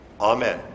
Amen